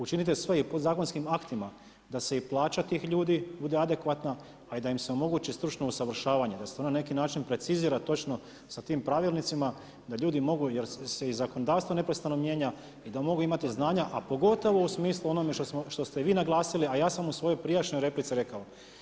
Učinite sve i podzakonskim aktima da i plaća tih ljudi bude adekvatna a i da im se omogući stručno usavršavanje, da se to na neki način precizira točno sa tim pravilnicima da ljudi jer se i zakonodavstvo neprestano mijenja i da mogu imati znanja a pogotovo u smislu onome što ste vi naglasili a ja sam u svojoj prijašnjoj replici rekao.